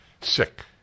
sick